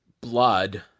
blood